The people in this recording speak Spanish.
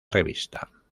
revista